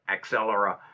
Accelera